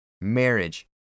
marriage